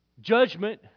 judgment